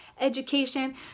education